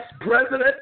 President